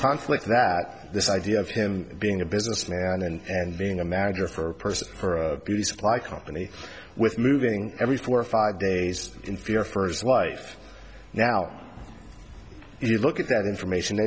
conflict that this idea of him being a businessman and being a manager for a person for a beauty supply company with moving every four or five days in fear for his wife now if you look at that information